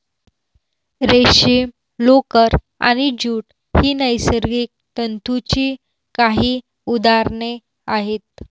रेशीम, लोकर आणि ज्यूट ही नैसर्गिक तंतूंची काही उदाहरणे आहेत